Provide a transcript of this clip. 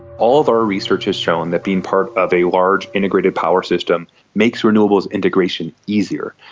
all the research has shown that being part of a large integrated power system makes renewables integration easier.